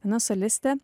viena solistė